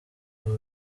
ubu